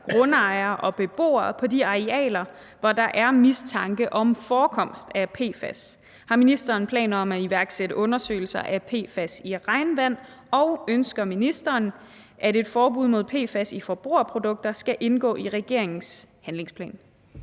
grundejerne og beboerne på de arealer, hvor der er mistanke om forekomst af PFAS, har ministeren planer om at iværksætte undersøgelser af PFAS i regnvandet, og ønsker ministeren, at et forbud mod PFAS i forbrugerprodukter skal indgå i regeringens handlingsplan?